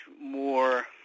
more